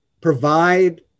provide